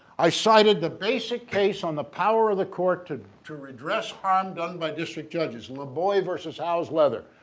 i cited the basic case on the power of the court to to redress harm done by district judges levoy versus house webber,